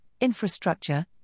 infrastructure